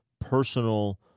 personal